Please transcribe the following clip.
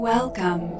Welcome